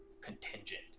contingent